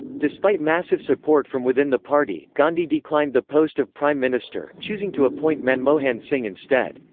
despite massive support from within the party, gandhi declined the post of prime minister, choosing to appoint manmohan singh instead.